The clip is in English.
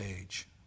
age